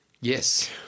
Yes